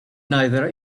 neither